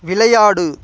விளையாடு